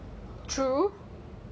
true